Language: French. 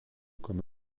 comme